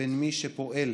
בין מי שפועל